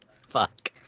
Fuck